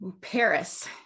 Paris